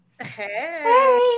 Hey